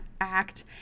act